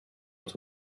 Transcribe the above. het